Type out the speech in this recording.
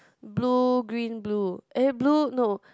blue green blue eh blue no